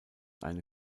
eine